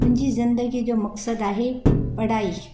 मुंहिंजी ज़िंदगीअ जो मक़्सद आहे पढ़ाई